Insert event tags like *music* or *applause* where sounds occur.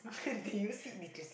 *laughs*